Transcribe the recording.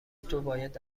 توباید